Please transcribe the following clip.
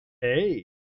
Hey